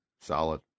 solid